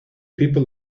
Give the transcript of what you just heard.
people